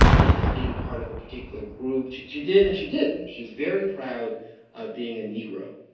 as being part of a particular group. she did, and she didn't. she was very proud of being a negro.